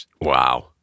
Wow